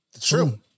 True